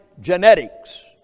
genetics